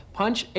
punch